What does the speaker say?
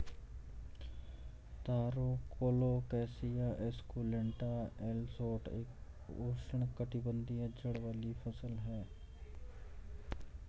तारो Colocasia esculenta L Schott एक उष्णकटिबंधीय जड़ वाली फसल है